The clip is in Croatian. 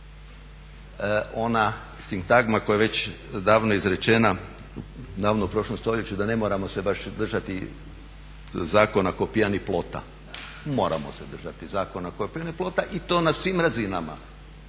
ona sintagma koja je već davno izrečena, davno u prošlom stoljeću da ne moramo se baš držati zakona kao pijani plota, moramo se državi zakona kao pijani plota i to na svim razinama.